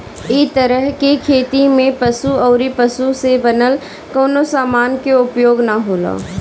इ तरह के खेती में पशु अउरी पशु से बनल कवनो समान के उपयोग ना होला